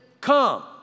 Come